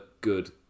good